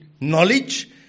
knowledge